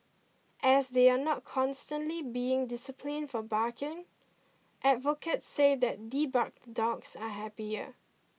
as they are not constantly being disciplined for barking advocates say that debarked dogs are happier